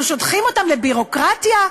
אנחנו שולחים אותם לביורוקרטיה,